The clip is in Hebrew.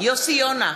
יוסי יונה,